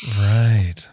Right